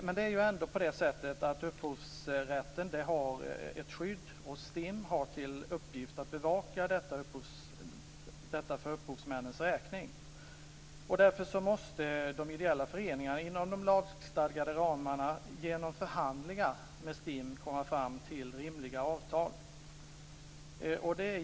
Men upphovsrätten innebär ändå ett skydd, och STIM har till uppgift att bevaka detta skydd för upphovsmännens räkning. Därför måste de ideella föreningarna inom de lagstadgade ramarna genom förhandlingar med STIM komma fram till rimliga avtal.